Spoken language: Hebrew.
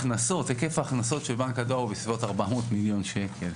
היקף ההכנסות של בנק הדואר הוא בסביבות 400 מיליון שקל.